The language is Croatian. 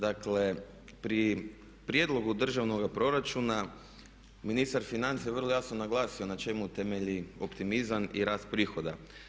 Dakle, pri prijedlogu državnoga proračuna ministar financija je vrlo jasno naglasio na čemu temelji optimizam i rast prihoda.